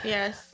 Yes